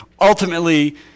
ultimately